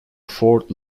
fort